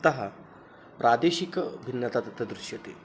अतः प्रादेशिकभिन्नता तत्र दृश्यते